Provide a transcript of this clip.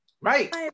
Right